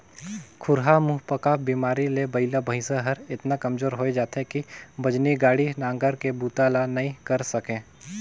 खुरहा मुहंपका बेमारी ले बइला भइसा हर एतना कमजोर होय जाथे कि बजनी गाड़ी, नांगर के बूता ल नइ करे सके